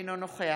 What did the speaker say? אינו נוכח